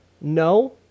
no